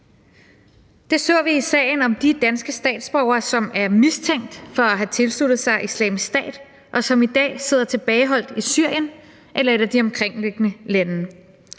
Det så vi i sagen om de danske statsborgere, som er mistænkt for at have tilsluttet sig Islamisk Stat, og som i dag sidder tilbageholdt i Syrien eller et af de omkringliggende lande.